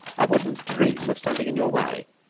i wouldn't dream of standing in your way.